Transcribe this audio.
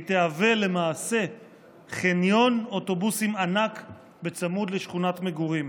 והיא תהווה למעשה חניון אוטובוסים ענק בצמוד לשכונת מגורים.